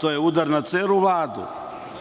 To je udar na celu Vladu,